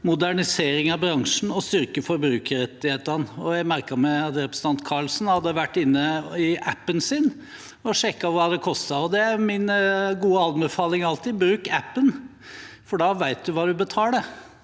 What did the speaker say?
modernisering av bransjen og styrke forbrukerrettighetene. Jeg merket meg at representanten Karlsen hadde vært inne i appen sin og sjekket hva det koster, og min gode anbefaling er alltid å bruke appen, for da vet en hva en skal